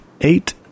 Eight